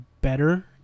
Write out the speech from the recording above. better